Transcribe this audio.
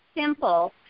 simple